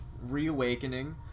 reawakening